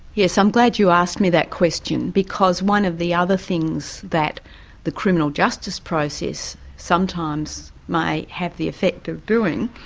yes, i'm glad you asked me that question, because one of the other things that the criminal justice process sometimes may have the effect of doing,